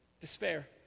despair